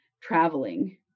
traveling